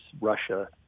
Russia